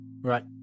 Right